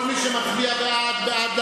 כל מי שמצביע בעד,